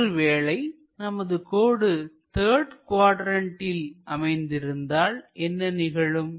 ஒருவேளை நமது கோடு த்தர்டு குவாட்ரண்ட்டில் அமைந்து இருந்தால் என்ன நிகழும்